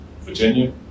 Virginia